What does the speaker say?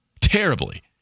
terribly